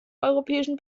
europäischen